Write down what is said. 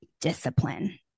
discipline